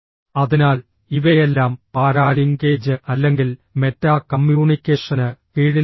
അതിനാൽ ഇവയെല്ലാം പാരാലിംഗേജ് അല്ലെങ്കിൽ മെറ്റാ കമ്മ്യൂണിക്കേഷന് കീഴിൽ വരും